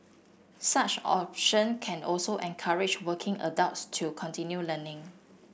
such option can also encourage working adults to continue learning